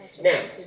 Now